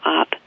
up